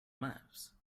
maps